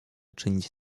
czynić